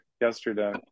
yesterday